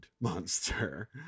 monster